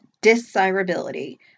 Desirability